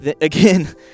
again